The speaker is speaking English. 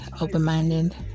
open-minded